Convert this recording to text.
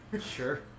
Sure